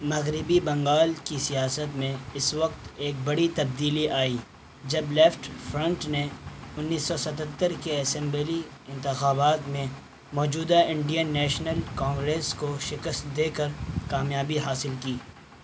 مغربی بنگال کی سیاست میں اس وقت ایک بڑی تبدیلی آئی جب لیفٹ فرنٹ نے انیس سو ستتر کے اسمبلی انتخابات میں موجودہ انڈین نیشنل کانگریس کو شکست دے کر کامیابی حاصل کی